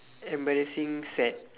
embarrassing fad